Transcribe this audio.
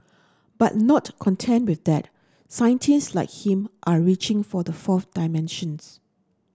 but not content with that scientists like him are reaching for the fourth dimensions